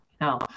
no